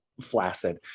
flaccid